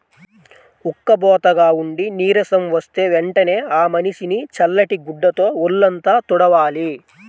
ఉక్కబోతగా ఉండి నీరసం వస్తే వెంటనే ఆ మనిషిని చల్లటి గుడ్డతో వొళ్ళంతా తుడవాలి